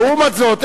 לעומת זאת,